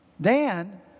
Dan